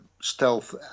stealth